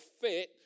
fit